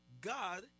God